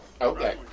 Okay